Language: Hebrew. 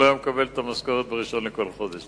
לא היה מקבל את המשכורת ב-1 בכל חודש.